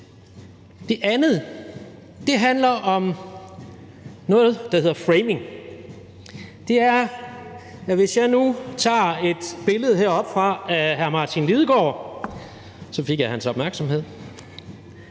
Det andet handler om noget, der hedder framing. Hvis jeg nu tager et billede heroppefra af hr. Martin Lidegaard – så fik jeg hans opmærksomhed